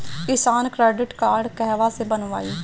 किसान credit card कहवा से बनवाई?